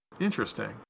Interesting